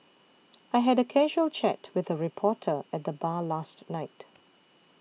I had a casual chat with a reporter at the bar last night